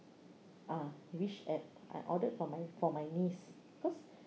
uh wish app I ordered for my for my niece because